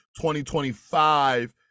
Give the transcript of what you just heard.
2025